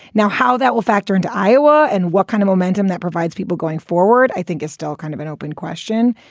now, how that will factor into iowa and what kind of momentum that provides people going forward, i think is still kind of an open question.